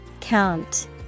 Count